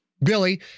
Billy